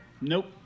Nope